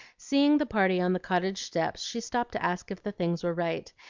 seeing the party on the cottage steps, she stopped to ask if the things were right,